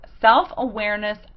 Self-Awareness